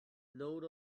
node